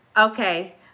okay